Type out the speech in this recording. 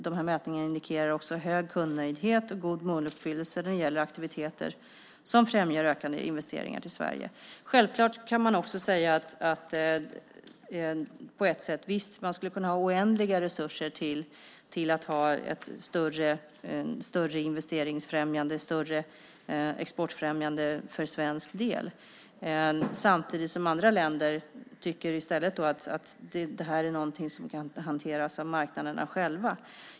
De här mätningarna indikerar också hög kundnöjdhet och god måluppfyllelse när det gäller aktiviteter som främjar ökade investeringar till Sverige. Självklart kan man på ett sätt också säga att man skulle kunna ha oändliga resurser till ett större investeringsfrämjande och ett större exportfrämjande för svensk del. Samtidigt tycker andra länder att det här är någonting som i stället kan hanteras av marknaderna själva.